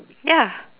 ya